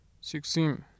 Sixteen